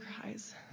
cries